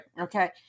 okay